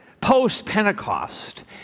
post-Pentecost